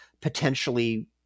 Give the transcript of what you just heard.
potentially